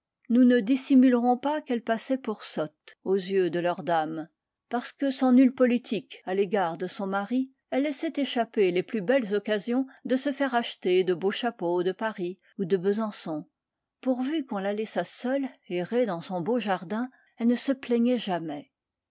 nous ne dissimulerons pas qu'elle passait pour sotte aux yeux de leurs dames parce que sans nulle politique à l'égard de son mari elle laissait échapper les plus belles occasions de se faire acheter de beaux chapeaux de paris ou de besançon pourvu qu'on la laissât seule errer dans son beau jardin elle ne se plaignait jamais